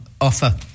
offer